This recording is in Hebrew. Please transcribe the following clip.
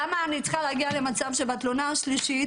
למה אני צריכה להגיע למצב שבתלונה השלישית